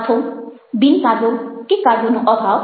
અર્થો બિન કાર્યો કે કાર્યોનો અભાવ